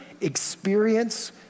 experience